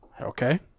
Okay